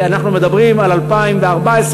אנחנו מדברים על 2014,